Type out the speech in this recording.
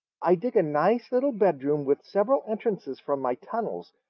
i dig a nice little bedroom with several entrances from my tunnels,